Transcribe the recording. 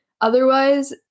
otherwise